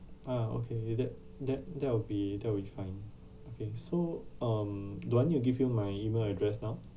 uh okay that that that will be that will be fine okay so um do I need to give you my email address now